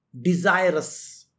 Desirous